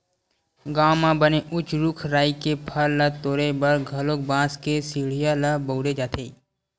गाँव म बने उच्च रूख राई के फर ल तोरे बर घलोक बांस के सिड़िया ल बउरे जाथे